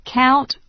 count